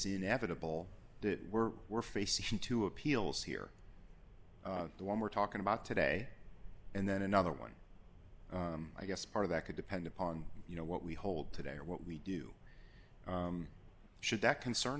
inevitable that we're we're facing two appeals here the one we're talking about today and then another one i guess part of that could depend upon you know what we hold today or what we do should that concern